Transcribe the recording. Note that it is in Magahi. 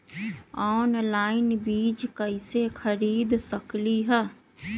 ऑनलाइन बीज कईसे खरीद सकली ह?